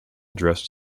address